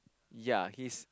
ya he's